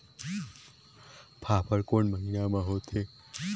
फाफण कोन महीना म होथे?